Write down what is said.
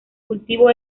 cultivo